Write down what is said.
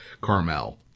Carmel